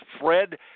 Fred